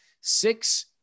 six